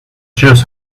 juice